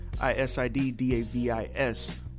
I-S-I-D-D-A-V-I-S